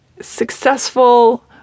successful